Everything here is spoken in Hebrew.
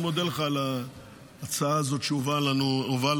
אני מודה לך על ההצעה הזאת שהובאה לוועדה.